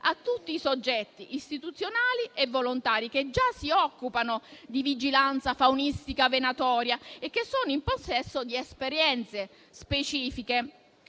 a tutti i soggetti istituzionali e volontari che già si occupano di vigilanza faunistica venatoria e che sono in possesso di esperienze specifiche.